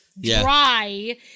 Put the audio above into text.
Dry